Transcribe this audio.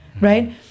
right